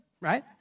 right